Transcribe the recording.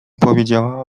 powiedziała